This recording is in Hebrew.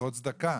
למטרות צדקה.